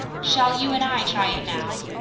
shall you and i try it now?